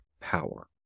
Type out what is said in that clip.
power